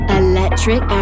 electric